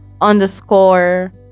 underscore